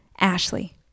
Ashley